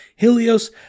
Helios